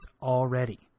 already